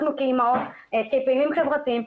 אנחנו כאימהות, כפעילים חברתיים.